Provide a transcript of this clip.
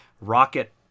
rocket